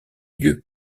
lieu